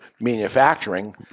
manufacturing